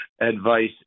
advice